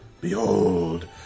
Behold